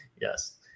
Yes